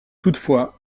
toutefois